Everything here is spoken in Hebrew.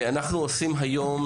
שלום לכולם, אנחנו עושים היום